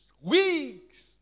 weeks